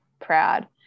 proud